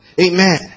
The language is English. Amen